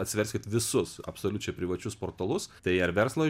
atsiveskit visus absoliučiai privačius portalus tai ar verslo